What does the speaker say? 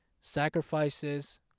Sacrifices